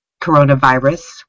coronavirus